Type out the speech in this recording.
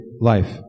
life